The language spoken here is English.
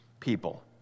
People